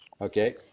Okay